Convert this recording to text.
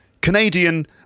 Canadian